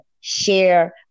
share